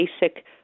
basic